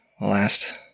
last